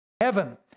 heaven